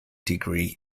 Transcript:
degree